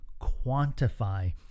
quantify